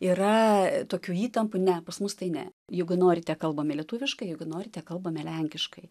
yra tokių įtampų ne pas mus tai ne jeigu norite kalbame lietuviškai jeigu norite kalbame lenkiškai